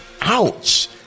Ouch